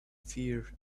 fear